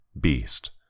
Beast